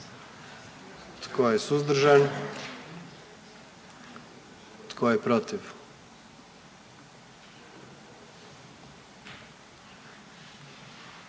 Tko je suzdržan? Tko je protiv?